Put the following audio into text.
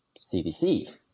CDC